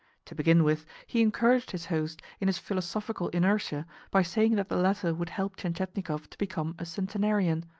to begin with, he encouraged his host in his philosophical inertia by saying that the latter would help tientietnikov to become a centenarian.